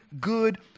good